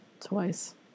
Twice